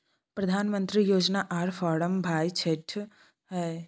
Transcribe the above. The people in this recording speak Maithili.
प्रधानमंत्री योजना आर फारम भाई छठी है?